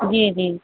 جی جی